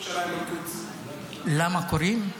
למה קוראים?